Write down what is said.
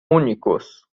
únicos